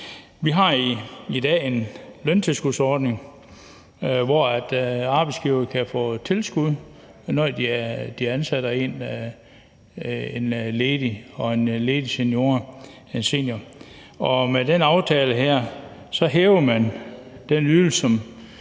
Vi har i dag en løntilskudsordning, hvor arbejdsgiveren kan få tilskud, når de ansætter en ledig senior, og med den aftale her hæver man den ydelse,